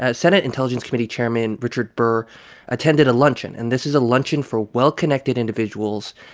ah senate intelligence committee chairman richard burr attended a luncheon, and this is a luncheon for well-connected individuals